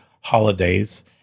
holidays